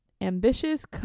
ambitious